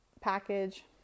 package